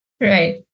Right